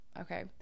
okay